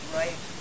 right